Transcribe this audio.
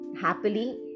happily